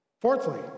Fourthly